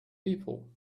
people